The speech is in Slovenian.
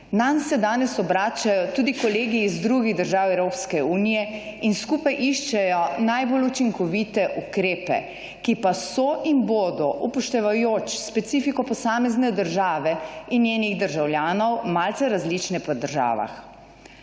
Nanj se danes obračajo tudi kolegi iz drugih držav Evropske unije in skupaj iščejo najbolj učinkovite ukrepe, ki pa so in bodo, upoštevajoč specifiko posamezne države in njenih državljanov, malce različne po državah.